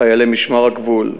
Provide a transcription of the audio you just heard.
חיילי משמר הגבול,